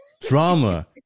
Drama